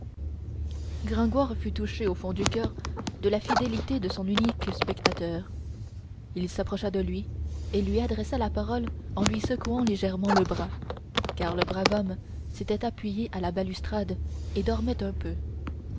fut touché au fond du coeur de la fidélité de son unique spectateur il s'approcha de lui et lui adressa la parole en lui secouant légèrement le bras car le brave homme s'était appuyé à la balustrade et dormait un peu